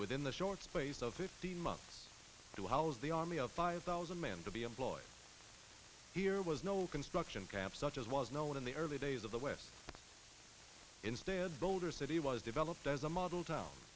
with in the short space of fifteen months to house the army of five thousand men to be employed here was no construction camp such as was no one in the early days of the west instead boulder city was developed as a model town